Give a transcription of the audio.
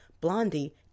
Blondie